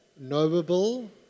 knowable